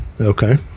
okay